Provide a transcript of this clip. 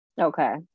Okay